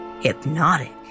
hypnotic